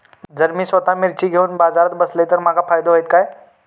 जर मी स्वतः मिर्ची घेवून बाजारात बसलय तर माका फायदो होयत काय?